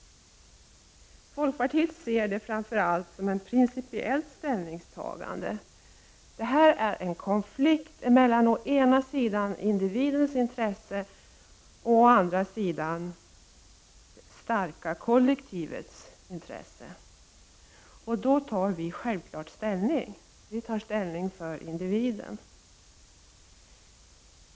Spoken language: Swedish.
Folkpartiet ser det framför allt som ett principiellt ställningstagande. Det här är en konflikt mellan å ena sidan individens intresse och å andra sidan det starka kollektivets intresse. Då tar vi självklart ställning för individen.